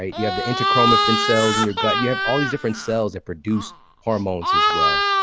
ah you have the enterochromaffin cells in your gut. you have all these different cells that produce hormones as well,